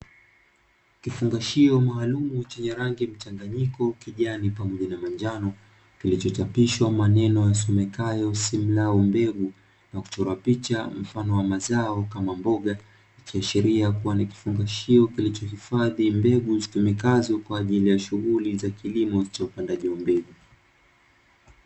Kifungashio maalumu, chenye mchanganyiko wa rangi ya kijani na manjano, kilichochapishwa maneno yasomekayo "Sim Lau Mbegu" na kuchorwa picha ya mazao kama mboga, kinashiria kuwa ni kifungashio kilichohifadhi mbegu zinazotumika katika shughuli za kilimo cha upandaji wa mbegu.